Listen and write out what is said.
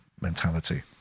mentality